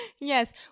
Yes